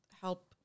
help